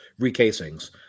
recasings